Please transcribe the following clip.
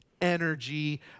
energy